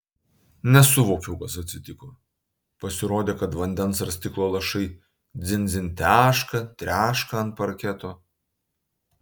nesuvokiau kas atsitiko pasirodė kad vandens ar stiklo lašai dzin dzin teška treška ant parketo